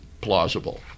plausible